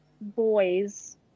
boys